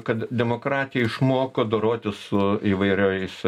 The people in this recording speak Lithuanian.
kad demokratija išmoko dorotis su įvairiais